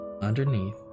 underneath